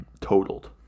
totaled